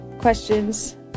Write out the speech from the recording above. questions